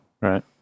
Right